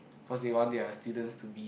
cause they want their students to be